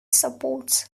supports